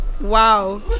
Wow